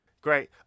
great